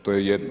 To je jedno.